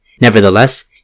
Nevertheless